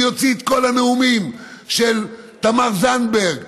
אני אוציא את כל הנאומים של תמר זנדברג,